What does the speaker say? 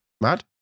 Mad